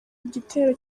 igitero